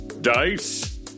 Dice